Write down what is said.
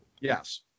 Yes